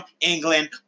England